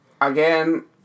Again